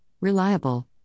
reliable